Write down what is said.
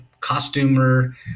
costumer